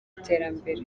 iterambere